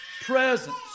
presence